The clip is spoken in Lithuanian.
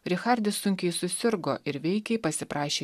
richardis sunkiai susirgo ir veikiai pasiprašė